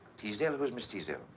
teasdale? who's miss teasdale?